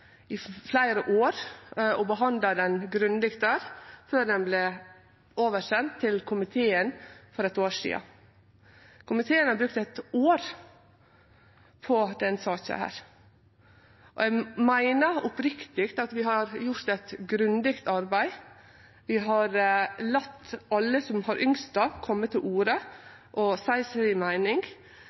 i fleire år og har behandla ho grundig der, før ho vart sendt over til komiteen for eitt år sidan. Komiteen har brukt eitt år på denne saka, og eg meiner oppriktig at vi har gjort eit grundig arbeid. Vi har late alle som har ynskt det, kome til orde og seie si meining.